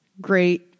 great